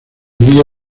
día